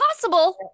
possible